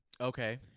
Okay